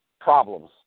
problems